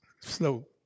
slow